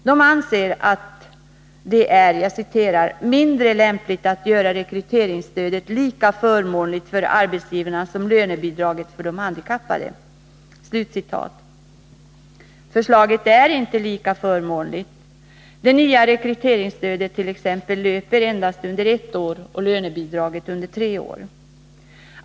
De anser att det är ”mindre lämpligt att göra rekryteringsstödet lika förmånligt för arbetsgivarna som lönebidraget för handikappade”. Förslaget är inte lika förmånligt. Det nya rekryteringsstödet t.ex. löper under endast ett år och lönebidraget under tre år.